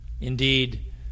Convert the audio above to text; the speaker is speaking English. Indeed